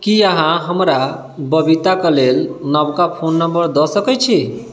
की अहाँ हमरा बबीताक लेल नवका फोन नम्बर दऽ सकैत छी